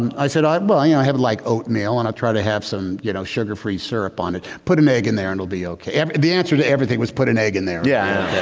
um i said well but i and i have like oatmeal and i try to have some you know, sugar-free syrup on it, put an egg in there, it'll be okay the answer to everything was put an egg in there. yeah